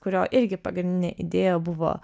kurio irgi pagrindinė idėja buvo